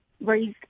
raised